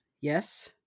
Yes